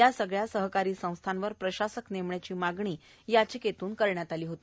या सगळ्या सहकारी संस्थांवर प्रशासक नेमण्याची मागणी या याचिकेत केली होती